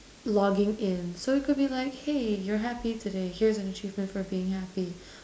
logging in so it could be like hey you're happy today here's an achievement for being happy